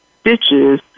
stitches